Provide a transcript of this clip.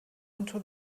into